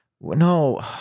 No